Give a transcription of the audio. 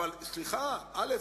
סליחה: א.